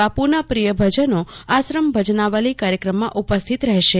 બાપુને પ્રિય ભજનો આશ્રમ ભજનાવલિ કાર્યક્રમમાં ઉપસ્થિત રહે શે